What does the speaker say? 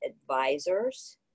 advisors